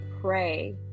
pray